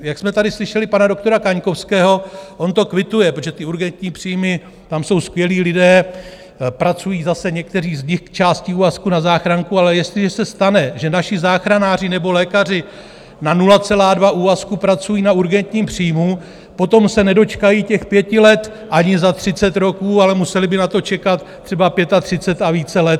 Jak jsme tady slyšeli pana doktora Kaňkovského, on to kvituje, protože urgentní příjmy, tam jsou skvělí lidé, pracují zase někteří z nich částí úvazku na záchrance, ale jestliže se stane, že naši záchranáři nebo lékaři na 0,2 úvazku pracují na urgentním příjmu, potom se nedočkají těch pěti let ani za 30 roků, ale museli by na to čekat třeba 35 a více let.